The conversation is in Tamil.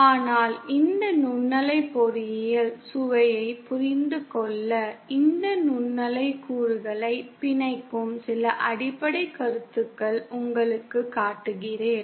ஆனால் இந்த நுண்ணலை பொறியியல் சுவையை புரிந்து கொள்ள இந்த நுண்ணலை கூறுகளை பிணைக்கும் சில அடிப்படை கருத்துக்கள் உங்களுக்குக் காட்டுகிறேன்